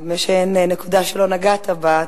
נדמה שאין נקודה שלא נגעת בה.